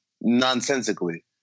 nonsensically